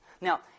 Now